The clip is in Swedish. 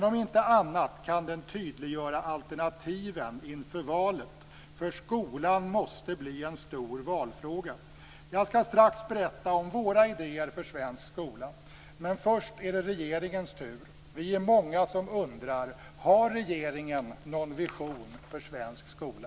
Om inte annat kan den tydliggöra alternativen inför valet. Skolan måste bli en stor valfråga. Jag skall strax berätta om våra idéer för svensk skola. Men först är det regeringens tur. Vi är många som undrar: Har regeringen någon vision för svensk skola?